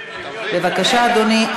בבקשה, אדוני.